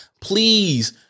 Please